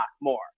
more